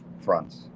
fronts